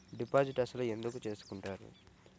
Deposit అసలు ఎందుకు చేసుకుంటారు?